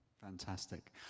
fantastic